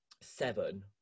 seven